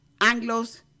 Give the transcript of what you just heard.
Anglo's